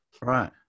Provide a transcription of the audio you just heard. Right